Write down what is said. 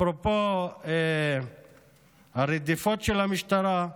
אפרופו הרדיפות של המשטרה,